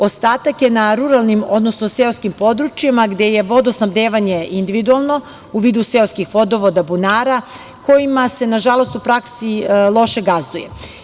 Ostatak je na ruralnim, odnosno seoskim područjima gde je vodosnabdevanje individualno, u vidu seoskih vodovoda, bunara kojima se, nažalost, u praksi loše gazduje.